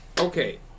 Okay